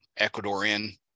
Ecuadorian